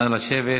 נא לשבת,